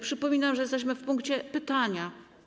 Przypominam, że jesteśmy w punkcie: pytania.